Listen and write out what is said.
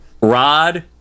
Rod